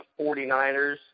49ers